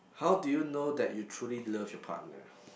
how do you know that you truly love your partner